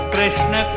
Krishna